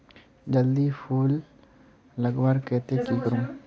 जल्दी फूल फल लगवार केते की करूम?